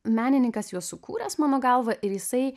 menininkas juos sukūręs mano galva ir jisai